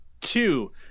two